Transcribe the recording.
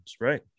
right